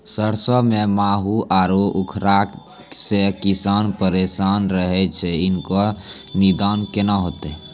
सरसों मे माहू आरु उखरा से किसान परेशान रहैय छैय, इकरो निदान केना होते?